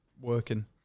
working